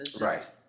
right